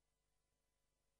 ואם אני רוצה עוד פעם לצטט את